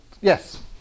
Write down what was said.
Yes